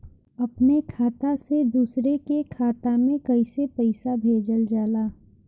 अपने खाता से दूसरे के खाता में कईसे पैसा भेजल जाला?